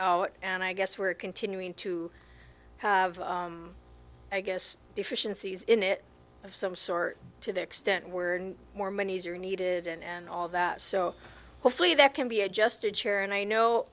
out and i guess we're continuing to have i guess deficiencies in it of some sort to the extent where more monies are needed and all that so hopefully that can be adjusted here and i know